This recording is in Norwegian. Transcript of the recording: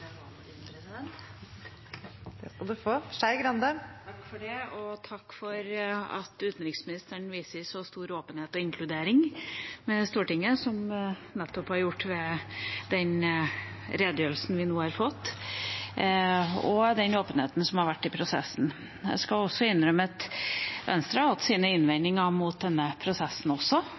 Takk for at utenriksministeren viser så stor åpenhet og inkluderer Stortinget, som det hun nettopp har gjort med den redegjørelsen vi nå har fått, og for den åpenheten som har vært i prosessen. Jeg skal innrømme at også Venstre har hatt sine innvendinger mot denne prosessen, ikke ut fra argumentasjonsrekka som Fremskrittspartiet her legger fram, men ut fra at det krever mye ressurser og også